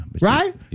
Right